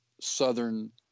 southern